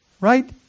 right